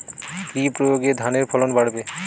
কি প্রয়গে ধানের ফলন বাড়বে?